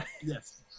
Yes